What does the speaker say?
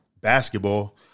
basketball